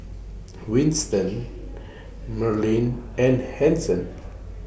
Winston Meryl and Hanson